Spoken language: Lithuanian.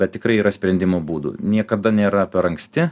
bet tikrai yra sprendimo būdų niekada nėra per anksti